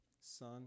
son